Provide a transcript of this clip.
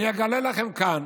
אני אגלה לכם כאן